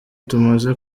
tumaze